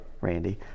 Randy